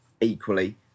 equally